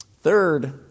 Third